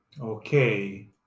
Okay